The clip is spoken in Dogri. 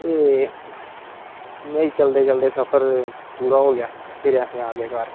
ऐ इयां गै चलदे चलदे सफर पूरा हो गेआ फिर अस आ गे घर